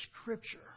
Scripture